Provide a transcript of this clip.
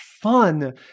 fun